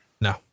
No